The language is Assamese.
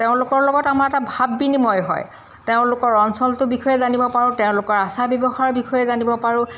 তেওঁলোকৰ লগত আমাৰ এটা ভাৱ বিনিময় হয় তেওঁলোকৰ অঞ্চলটোৰ বিষয়ে জানিব পাৰোঁ তেওঁলোকৰ আচাৰ ব্যৱহাৰৰ বিষয়ে জানিব পাৰোঁ